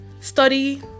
study